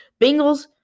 Bengals